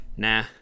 Nah